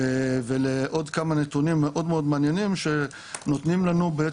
ולעוד כמה נתונים מאוד מעניינים שנותנים לנו את